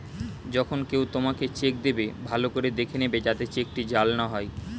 যখন কেউ তোমাকে চেক দেবে, ভালো করে দেখে নেবে যাতে চেকটি জাল না হয়